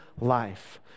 life